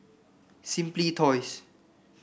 Simply Toys